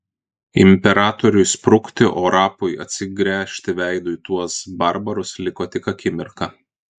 imperatoriui sprukti o rapui atsigręžti veidu į tuos barbarus liko tik akimirka